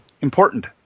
important